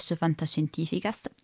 fantascientificast